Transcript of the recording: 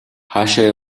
хаашаа